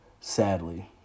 sadly